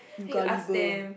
you gullible